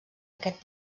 aquest